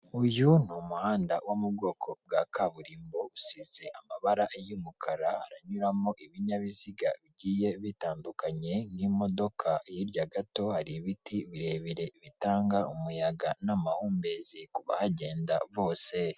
Uyu n'umuhanda wo mu bwoko bwa kaburimbo usize amabara y'umukara haranyuramo ibinyabiziga bigiye bitandukanye nk'imodoka hirya gato hari ibiti birebire bitanga umuyaga n'amahumbezi ku bagenda bose.